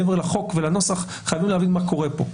מעבר לחוק ולנוסח, חייבים להבין מה קורה פה.